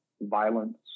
violence